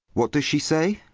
what does she say?